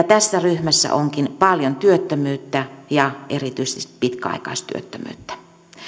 tässä ryhmässä onkin paljon työttömyyttä ja erityisesti pitkäaikaistyöttömyyttä